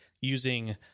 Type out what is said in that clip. using